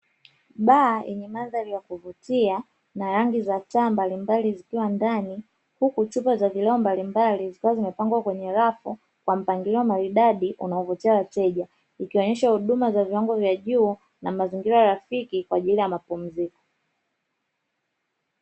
Baa yenye mandhari ya kuvutia na rangi za taa mbalimbali zikiwa ndani. Huku chupa za vileo mbalimbali zikiwa zimepangwa kwenye rafu kwa mpangilio maridadi unaovutia wateja. Ikionyesha huduma za viwango vya juu na mazingira rafiki kwaajili ya mapumziko.